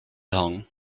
long